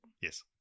Yes